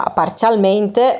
parzialmente